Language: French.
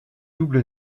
double